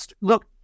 look